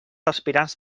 aspirants